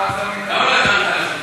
עד שלוש דקות.